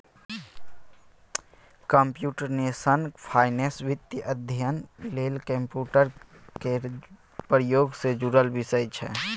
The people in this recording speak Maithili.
कंप्यूटेशनल फाइनेंस वित्तीय अध्ययन लेल कंप्यूटर केर प्रयोग सँ जुड़ल विषय छै